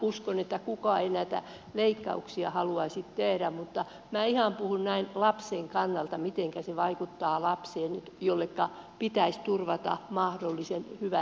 uskon että kukaan ei näitä leikkauksia haluaisi tehdä mutta minä puhun näin ihan lapsen kannalta mitenkä se vaikuttaa nyt lapseen jolleka pitäisi turvata mahdollisuus hyvän elämän alkuun